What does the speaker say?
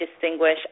distinguish